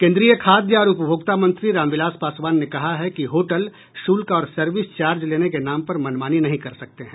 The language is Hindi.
केन्द्रीय खाद्य और उपभोक्ता मंत्री रामविलास पासवान ने कहा है कि होटल शुल्क और सर्विस चार्ज लेने के नाम पर मनमानी नहीं कर सकते हैं